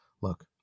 Look